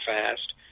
fast